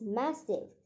massive